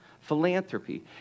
Philanthropy